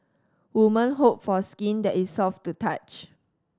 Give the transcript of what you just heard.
woman hope for skin that is soft to touch